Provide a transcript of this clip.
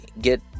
get